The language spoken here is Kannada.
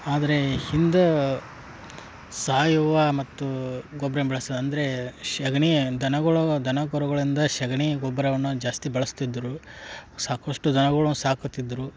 ಆದ್ರೆ ಹಿಂದೆ ಸಾವಯವ ಮತ್ತು ಗೊಬ್ರನ್ನು ಬಳ್ಸಿ ಅಂದ್ರೆ ಸಗ್ಣೀ ದನಗಳು ದನ ಕರುಗಳಿಂದ ಸಗನಿ ಗೊಬ್ಬರವನ್ನು ಜಾಸ್ತಿ ಬಳಸ್ತಿದ್ದರು ಸಾಕಷ್ಟು ದನಗಳನ್ನು ಸಾಕುತ್ತಿದ್ದರು